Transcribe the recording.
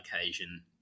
occasion